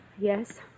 Yes